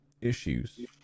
issues